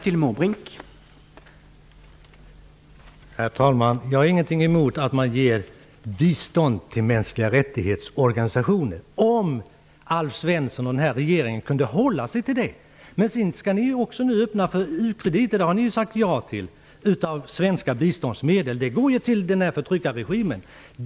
Herr talman! Jag har ingenting emot att man ger bestånd till organisationer för de mänskliga rättigheterna. Men det vore bra om Alf Svensson och den här regeringen kunde hålla sig till det. Men nu skall ni även öppna för u-krediter från svenska biståndsmedel. Det har ni ju sagt ja till. De går ju till förtryckarregimen.